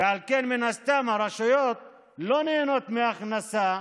ועל כן מן הסתם הרשויות לא נהנות מהכנסה